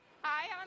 Hi